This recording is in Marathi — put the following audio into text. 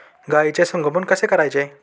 गाईचे संगोपन कसे करायचे?